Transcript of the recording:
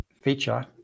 feature